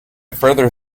further